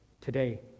Today